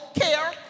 care